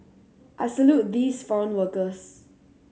I salute these foreign workers